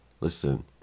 listen